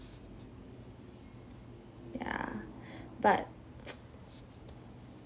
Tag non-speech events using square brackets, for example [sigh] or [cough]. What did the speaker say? yeah but [noise]